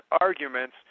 arguments